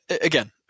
again